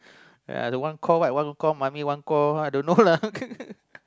ya the one call what one call mommy one call I don't know lah